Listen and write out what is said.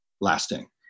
lasting